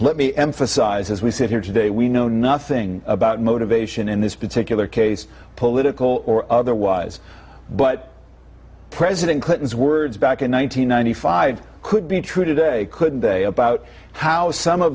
let me emphasize as we sit here today we know nothing about motivation in this particular case political or otherwise but president clinton's words back in one thousand nine hundred five could be true today couldn't they about how some of